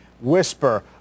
whisper